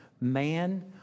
Man